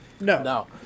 No